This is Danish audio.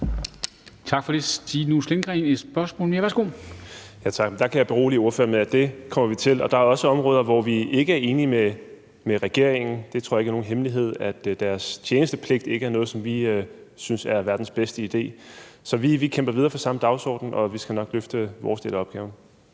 Stinus Lindgreen (RV): Tak. Det kan jeg berolige ordføreren med at vi kommer til. Der er også områder, hvor vi ikke er enige med regeringen. Jeg tror ikke, at det er nogen hemmelighed, at deres tjenestepligt ikke er noget, som vi synes er verdens bedste idé. Så vi kæmper videre for samme dagsorden, og vi skal nok løfte vores del af opgaven.